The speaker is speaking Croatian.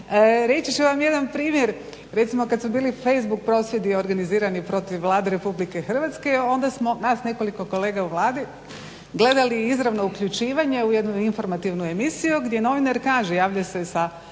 Reći ću vam jedan primjer, recimo kad su bili facebook prosvjedi organizirani protiv Vlade RH onda smo, nas nekoliko kolega u Vladi gledali izravno uključivanje u jednu informativnu emisiju gdje novinar kaže, javlja se sa jednog